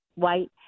White